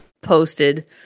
posted